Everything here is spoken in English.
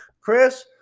Chris